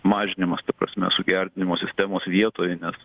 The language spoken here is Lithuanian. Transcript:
mažinimas ta prasme sugerdinimo sistemos vietoj nes